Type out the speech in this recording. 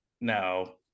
No